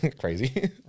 crazy